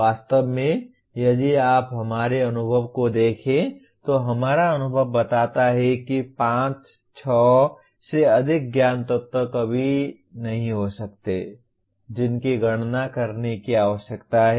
वास्तव में यदि आप हमारे अनुभव को देखें तो हमारा अनुभव बताता है कि 5 6 से अधिक ज्ञान तत्व कभी नहीं हो सकते हैं जिनकी गणना करने की आवश्यकता है